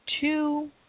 two